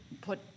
put